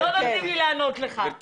לא כל חברות הגבייה הן נופת צופים.